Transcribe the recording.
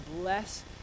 bless